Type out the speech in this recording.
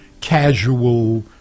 casual